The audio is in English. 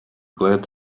glad